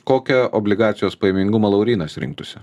kokią obligacijos pajamingumą laurynas rinktųsi